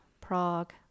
prague